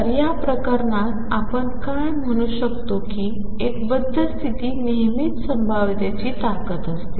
तर या प्रकरणात आपण काय म्हणू शकतो की एक बद्ध स्थिती नेहमीच संभाव्यतेची ताकद असते